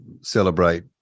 celebrate